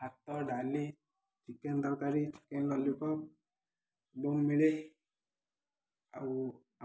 ଭାତ ଡାଲି ଚିକେନ ତରକାରୀ ଚିକେନ ଲଲିପପ୍ ଏବଂ ମିଳେ ଆଉ